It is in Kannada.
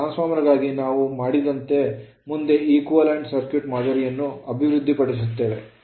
ಟ್ರಾನ್ಸ್ ಫಾರ್ಮರ್ ಗಾಗಿ ನಾವು ಮಾಡಿದಂತೆ ನಾವು ಮುಂದೆ equivalent circuit ಸಮಾನ ಸರ್ಕ್ಯೂಟ್ ಮಾದರಿಯನ್ನು ಅಭಿವೃದ್ಧಿಪಡಿಸುತ್ತೇವೆ